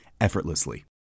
effortlessly